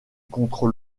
contre